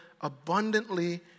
abundantly